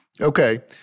Okay